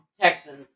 Texans